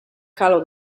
calo